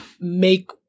make